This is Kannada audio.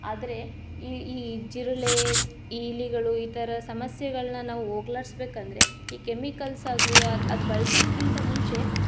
ಆದರೆ ಈ ಈ ಜಿರಳೆ ಈ ಇಲಿಗಳು ಈ ಥರ ಸಮಸ್ಯೆಗಳನ್ನ ನಾವು ಹೋಗ್ಲಾಡಿಸ ಬೇಕೆಂದ್ರೆ ಈ ಕೆಮಿಕಲ್ಸ್ ಆಗಲಿ ಅದು ಬಳಸೊದ್ಕಿಂತ ಮುಂಚೆ